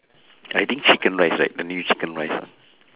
I think chicken rice right the new chicken rice ah